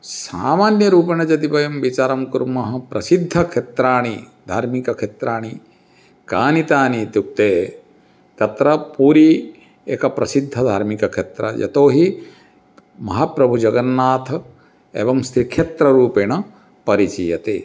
सामान्यरूपेण यदि वयं विचारं कुर्मः प्रसिद्धक्षेत्राणि धार्मिकक्षेत्राणि कानि तानि इत्युक्ते तत्र पूरी एका प्रसिद्धधार्मिकक्षेत्रं यतो हि महाप्रभुजगन्नाथः एवं श्रीक्षेत्ररूपेण परिचीयते